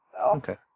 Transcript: Okay